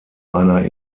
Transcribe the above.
einer